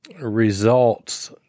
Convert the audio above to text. results